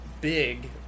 Big